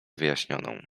wyjaśnioną